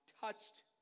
touched